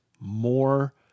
more